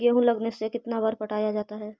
गेहूं लगने से कितना बार पटाया जाता है?